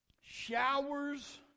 showers